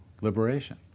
liberation